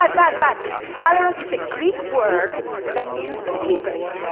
but but but fatheris is a greek word that means slippery.